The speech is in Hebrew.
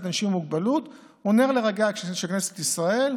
אנשים עם מוגבלות הוא נר לרגליה של כנסת ישראל,